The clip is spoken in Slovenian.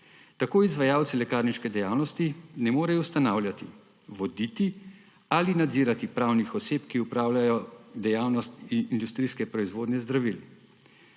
Tako izvajalci lekarniške dejavnosti ne morejo ustanavljati, voditi ali nadzirati pravnih oseb, ki opravljajo dejavnost industrijske proizvodnje zdravil.